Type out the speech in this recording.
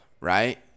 right